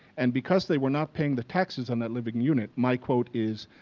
and because they were not paying the taxes on that living unit, my quote is,